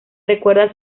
recuerda